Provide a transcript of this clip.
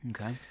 Okay